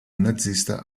nazista